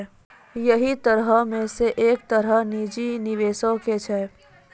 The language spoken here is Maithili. यहि तरहो मे से एक तरह निजी निबेशो के छै